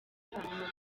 hanyuma